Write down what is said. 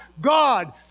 God